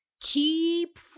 keep